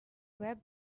web